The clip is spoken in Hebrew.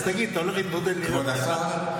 אז תגיד, אתה הולך להתמודד לעיריית חיפה?